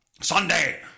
Sunday